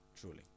truly